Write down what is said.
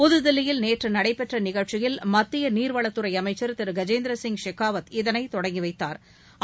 புதுதில்லியில் நேற்று நடைபெற்ற நிகழ்ச்சியில் மத்திய நீர்வளத்துறை அமைச்சர் திரு கஜேந்திர சிங் ஷெகாவத் இதனை தொடங்கி வைத்தாா்